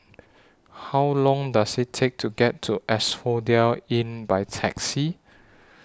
How Long Does IT Take to get to Asphodel Inn By Taxi